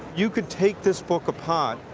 you could take this book apart,